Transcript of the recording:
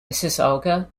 mississauga